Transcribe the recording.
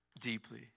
deeply